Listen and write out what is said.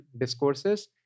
discourses